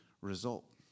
result